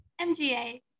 MGA